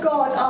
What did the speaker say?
God